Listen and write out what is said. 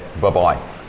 bye-bye